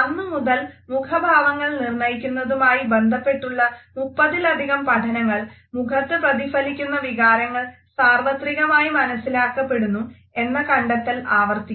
അന്ന് മുതൽ മുഖഭാവങ്ങൾ നിർണയിക്കുന്നതുമായി ബന്ധപ്പെട്ടുള്ള മുപ്പത്തിലധികം പഠനങ്ങൾ മുഖത്ത് പ്രതിഫലിക്കുന്ന വികാരങ്ങൾ സാർവത്രികമായി മനസ്സിലാക്കപ്പെടുന്നു എന്ന കണ്ടെത്തൽ ആവർത്തിക്കുന്നു